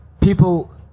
people